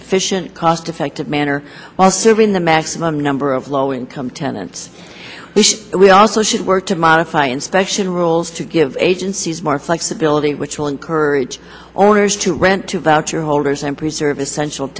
efficient cost effective manner while serving the maximum number of low income tenants we also should work to modify inspection rules to give agencies more flexibility which will encourage owners to rent to voucher holders and preserve essential